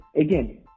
again